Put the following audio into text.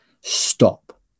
stop